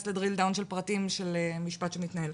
לדריל דאון של פרטים של משפט שמתנהל.